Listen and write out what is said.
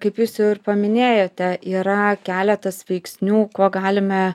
kaip jūs jau ir paminėjote yra keletas veiksnių kuo galime